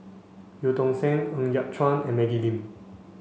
Eu Tong Sen Ng Yat Chuan and Maggie Lim